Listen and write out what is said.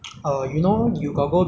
the one outside the O_G eh